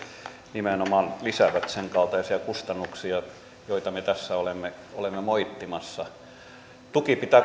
nimenomaan lisäävät sen kaltaisia kustannuksia joita me tässä olemme olemme moittimassa tuki pitää